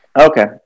Okay